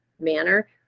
manner